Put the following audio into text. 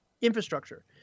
infrastructure